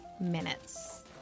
minutes